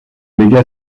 légua